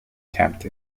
tempt